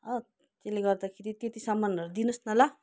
हो त्यसले गर्दाखेरि त्यति सामानहरू दिनुहोस् न ल